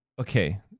okay